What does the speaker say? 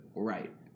right